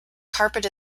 carpet